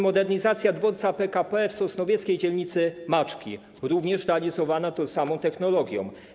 Modernizacja dworca PKP w sosnowieckiej dzielnicy Maczki - również realizowana tą samą technologią.